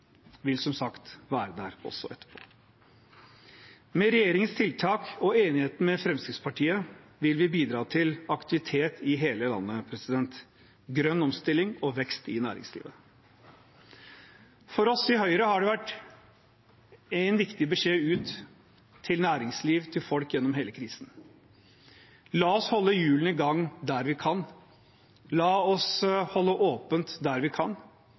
vil som sagt være der også etterpå. Med regjeringens tiltak og enigheten med Fremskrittspartiet vil vi bidra til aktivitet i hele landet, grønn omstilling og vekst i næringslivet. For oss i Høyre har en viktig beskjed ut til næringsliv og folk gjennom hele krisen vært: La oss holde hjulene i gang der vi kan. La oss holde åpent der vi kan.